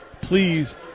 please